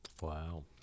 Wow